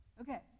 Okay